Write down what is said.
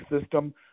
system